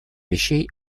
вещей